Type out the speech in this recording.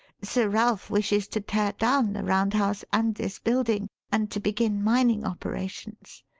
sir ralph wishes to tear down the round house and this building and to begin mining operations.